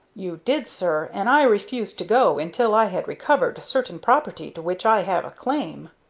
you did, sir, and i refused to go until i had recovered certain property to which i have a claim.